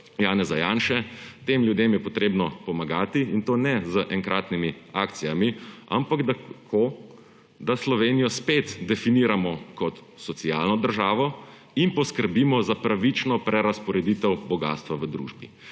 Janeza Janše. Tem ljudem je potrebno pomagati, in to ne z enkratnimi akcijami, ampak tako, da Slovenijo spet definiramo kot socialno državo in poskrbimo za pravično prerazporeditev bogastva v družbi.